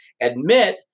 admit